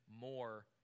more